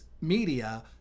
media